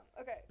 Okay